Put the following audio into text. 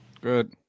Good